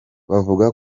bavuga